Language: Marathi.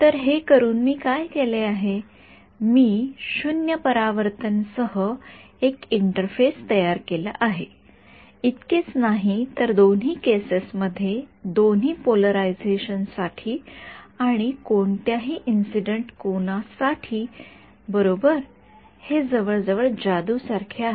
तर हे करून मी काय केले आहे मी 0 परावर्तनसह एक इंटरफेस तयार केला आहे इतकेच नाही तर दोन्ही केसेस मध्ये दोन्ही पोलरायझेशन साठी आणि कोणत्याही इंसिडेंट कोनासाठी बरोबर हे जवळजवळ जादू सारखे आहे